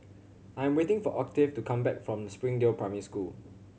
I'm waiting for Octave to come back from Springdale Primary School